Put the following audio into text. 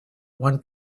one